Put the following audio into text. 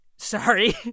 sorry